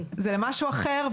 זה למשהו אחר,